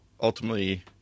ultimately